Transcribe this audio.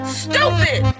stupid